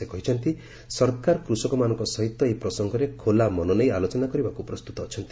ସେ କହିଛନ୍ତି ସରକାର କୁଷକମାନଙ୍କ ସହିତ ଏହି ପ୍ରସଙ୍ଗରେ ଖୋଲା ମନ ନେଇ ଆଲୋଚନା କରିବାକୁ ପ୍ରସ୍ତୁତ ଅଛନ୍ତି